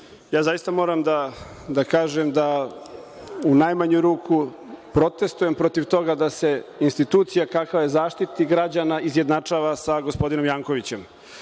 zaista moram da kažem da u najmanju ruku, protestujem protiv toga da se institucija kakva je Zaštitnik građana izjednačava sa gospodinom Jankovićem.